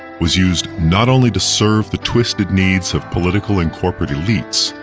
was used not only to serve the twisted needs of political and corporate elites,